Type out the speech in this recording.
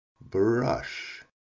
brush